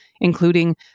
including